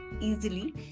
easily